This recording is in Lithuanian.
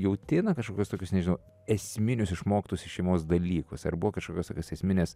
jauti na kažkokius tokius nežinau esminius išmoktus iš šeimos dalykus ar buvo kažkokios tokios esminės